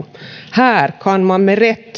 här kan man